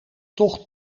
tocht